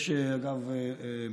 אגב,